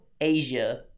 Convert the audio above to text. Asia